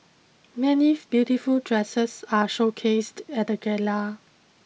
many beautiful dresses are showcased at the gala